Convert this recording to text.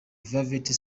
velvety